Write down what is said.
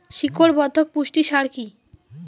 শিকড় বর্ধক পুষ্টি সার কি?